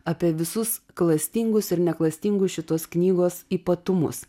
apie visus klastingus ir neklastingus šitos knygos ypatumus